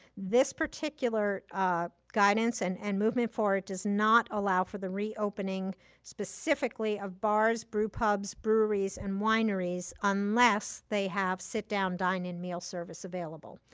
this particular guidance and and movement forward does not allow for the reopening specifically of bars, brew pubs, breweries, and wineries unless they have sit-down, dine-in meal service available.